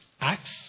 Acts